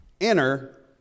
Enter